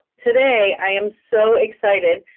today, i am so excited.